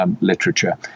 literature